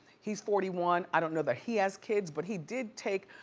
he's forty one, i don't know that he has kids, but he did take